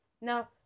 Now